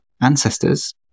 ancestors